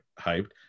hyped